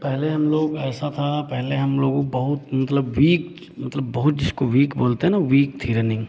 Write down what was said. पहले लोग ऐसा था पहले हम लोग बहुत मतलब भीग मतलब बहुत जिसको वीक बोलते हैं ना वीक थी रनिंग